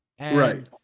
Right